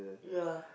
ya